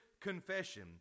Confession